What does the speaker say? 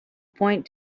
point